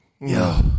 yo